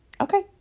Okay